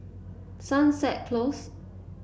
Sunset Close